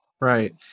right